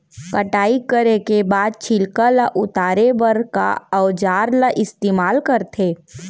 कटाई करे के बाद छिलका ल उतारे बर का औजार ल इस्तेमाल करथे?